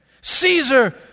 Caesar